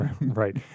right